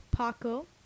Paco